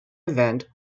event